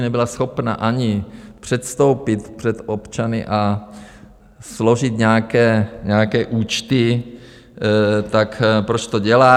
nebyla schopna ani předstoupit před občany a složit nějaké účty, tak proč to dělá?